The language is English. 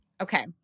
Okay